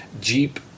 jeep